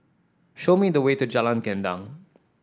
show me the way to Jalan Gendang